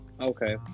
Okay